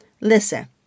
Listen